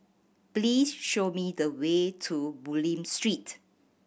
please show me the way to Bulim Street